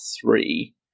three